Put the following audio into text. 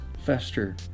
fester